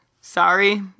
Sorry